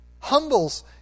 humbles